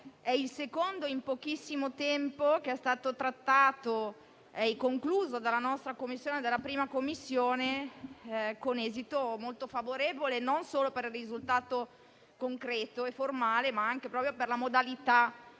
è il secondo in pochissimo tempo che è stato trattato e concluso dalla 1a Commissione con esito molto favorevole, non solo per il risultato concreto e formale, ma anche per la modalità